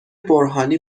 برهانی